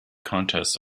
contests